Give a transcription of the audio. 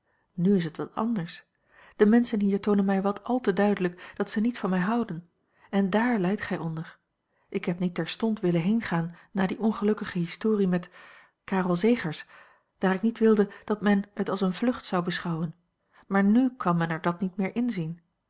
n is het wat anders de menschen hier toonen mij wat al te duidelijk dat zij niet van mij houden en dààr lijdt gij onder ik heb niet terstond willen heengaan na die ongelukkige historie met karel zegers daar ik niet wilde dat men het als eene vlucht zou beschouwen maar n kan men er dat niet meer